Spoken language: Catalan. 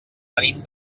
venim